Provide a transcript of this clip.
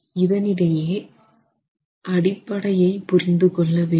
இதனிடையே அடிப்படையை புரிந்து கொள்ள வேண்டும்